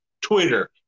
Twitter